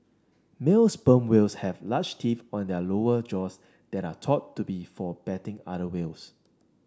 male sperm whales have large teeth on their lower jaws that are thought to be for battling other well